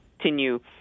continue